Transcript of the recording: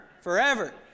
forever